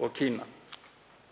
og Kína.